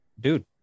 dude